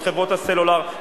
חברות הסלולר,